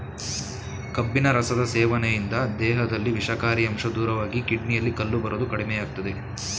ಕಬ್ಬಿನ ರಸದ ಸೇವನೆಯಿಂದ ದೇಹದಲ್ಲಿ ವಿಷಕಾರಿ ಅಂಶ ದೂರವಾಗಿ ಕಿಡ್ನಿಯಲ್ಲಿ ಕಲ್ಲು ಬರೋದು ಕಡಿಮೆಯಾಗ್ತದೆ